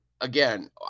again